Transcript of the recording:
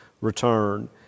return